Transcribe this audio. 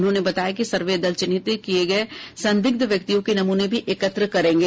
उन्होंने बताया कि सर्वे दल चिन्हित किये गये संदिग्ध व्यक्तियों के नमूने भी एकत्र करेंगे